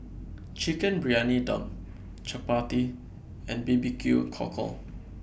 Chicken Briyani Dum Chappati and B B Q Cockle